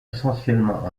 essentiellement